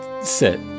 sit